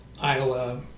Iowa